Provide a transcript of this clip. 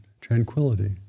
tranquility